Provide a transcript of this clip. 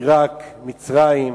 עירק, מצרים,